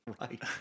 Right